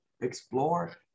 explore